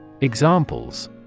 Examples